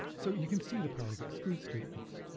so you can see the power of exclude statements.